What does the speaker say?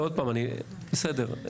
בסדר.